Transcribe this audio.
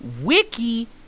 Wiki